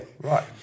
Right